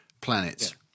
planets